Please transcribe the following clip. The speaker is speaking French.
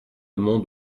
monde